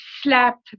slapped